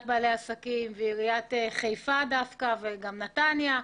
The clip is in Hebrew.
בעלי העסקים ועיריית חיפה וגם נתניה.